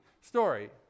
story